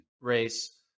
race